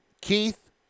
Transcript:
Keith